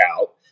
out